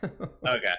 Okay